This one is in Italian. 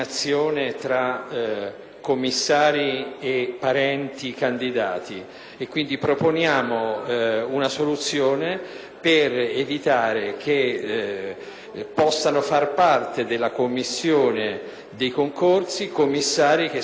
commissari e parenti candidati. Proponiamo, quindi, una soluzione per evitare che possano fare parte della commissione di concorso professori che sono parenti dei candidati.